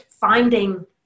finding